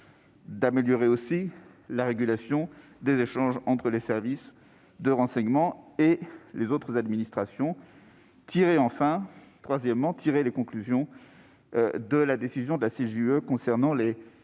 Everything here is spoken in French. d'améliorer la régulation des échanges entre les services de renseignement et les autres administrations. Le troisième volet tire les conséquences de la décision de la CJUE concernant les